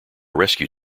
rescue